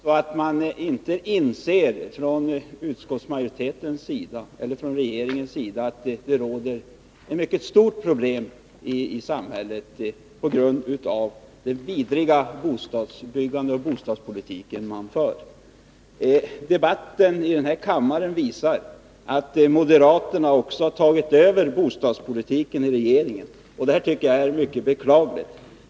Fru talman! Det här visar ju hur fftämmande man är för verkligheten och att utskottsmajoriteten och regeringen inte inser att det råder mycket stora problem i samhället på grund av den vidriga bostadspolitik man för. Debatten i den här kammaren ger vid handen att moderaterna har tagit över också bostadspolitiken inom regeringen, och det tycker jag är mycket beklagligt.